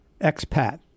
Expat